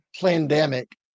pandemic